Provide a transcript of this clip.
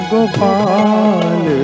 Gopal